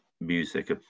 music